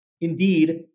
Indeed